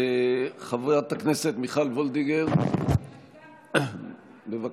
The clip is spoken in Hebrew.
חברת הכנסת מיכל וולדיגר, בבקשה.